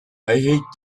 hate